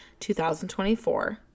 2024